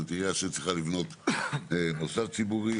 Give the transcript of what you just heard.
עירייה שצריכה לבנות מוסד ציבורי,